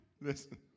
listen